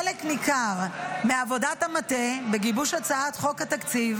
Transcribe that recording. חלק ניכר מעבודת המטה בגיבוש הצעת חוק התקציב